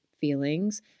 feelings